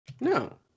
No